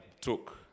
took